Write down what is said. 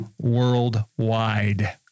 worldwide